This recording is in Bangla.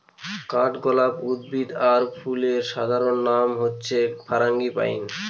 কাঠগলাপ উদ্ভিদ আর ফুলের সাধারণ নাম হচ্ছে ফারাঙ্গিপানি